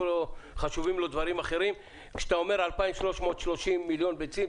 וחשובים לו דברים אחרים: כשאתה אומר 2330 מיליון ביצים,